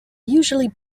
usually